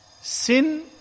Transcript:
Sin